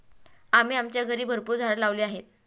आम्ही आमच्या घरी भरपूर झाडं लावली आहेत